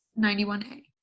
91A